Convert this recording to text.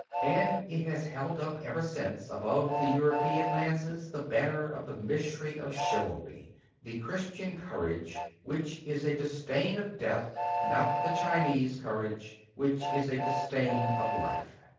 and it has held up ever since above the european lances the banner of the mystery of chivalry the christian courage, which is a disdain of death not the chinese courage, which is a disdain of life.